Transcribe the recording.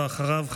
ואחריו,